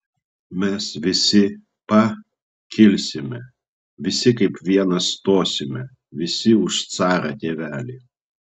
mes visi pa kilsime visi kaip vienas stosime visi už carą tėvelį